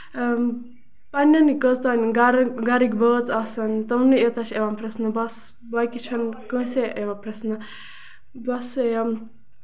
اۭں پَنٕنٮ۪نٕے کٔژَ تانۍ گرَن گَرٕکۍ بٲژ آسان تٔمنٕے یوت چھُ یِوان پرٮ۪ژھنہٕ بَس باقٕے چھُنہٕ کٲنسہِ یِوان پرٮ۪ژھنہٕ بَس